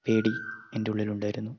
പേടി എന്റെ ഉള്ളിൽ ഉണ്ടായിരുന്നു